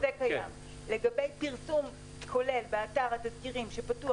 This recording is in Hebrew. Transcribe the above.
לגבי פרסום כולל באתר התזכירים שפתוח